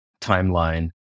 timeline